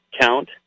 count